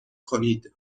کنید